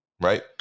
right